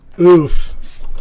Oof